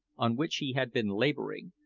on which he had been labouring,